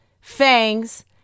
fangs